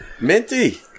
Minty